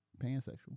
pansexual